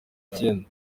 icyenda